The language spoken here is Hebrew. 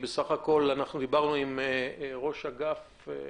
שהצגתם עבור קמפיין לאומי נראה לי מעט מדי,